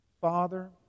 Father